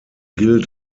gilt